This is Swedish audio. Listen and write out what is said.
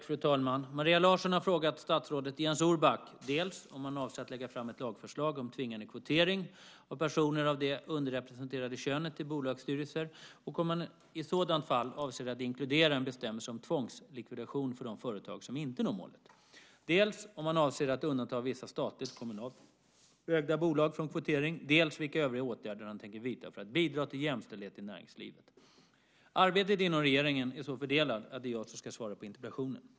Fru talman! Maria Larsson har frågat statsrådet Jens Orback dels om han avser att lägga fram ett lagförslag om tvingande kvotering av personer av det underrepresenterade könet till bolagsstyrelser och om han i sådant fall avser att inkludera en bestämmelse om tvångslikvidation för de företag som inte når målet, dels om han avser att undanta vissa statligt och kommunalt ägda bolag från kvotering, dels vilka övriga åtgärder han tänker vidta för att bidra till jämställdhet i näringslivet. Arbetet inom regeringen är så fördelat att det är jag som ska svara på interpellationen.